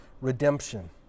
redemption